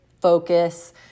focus